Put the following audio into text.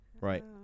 Right